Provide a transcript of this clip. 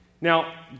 Now